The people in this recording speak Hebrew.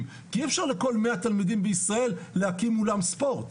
אי אפשר לכל 100 תלמידים בישראל להקים אולם ספורט.